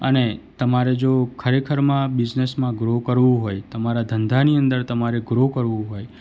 અને તમારે જો ખરેખરમાં બિઝનસમાં ગ્રો કરવું હોય તમારા ધંધાની અંદર તમારે ગ્રો કરવું હોય